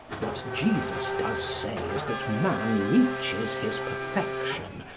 what jesus does say is that man reaches his perfection,